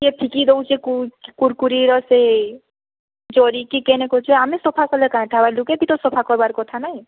କିଏ ଫିକି ଦଉଛେ କୁରକୁରିର ସେ ଜରିକି କେନେ କରୁଛୁ ଆମେ ସଫା କଲେ କାଁଇ ଠାବା ଲୁକେ ବି ତ ସଫା କରବାର୍ କଥା ନାଇଁ